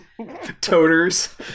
Toters